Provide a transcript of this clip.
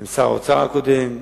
ועם שר האוצר הקודם.